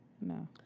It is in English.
No